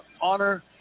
Honor